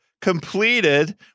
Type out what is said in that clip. completed